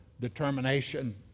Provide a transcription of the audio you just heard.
determination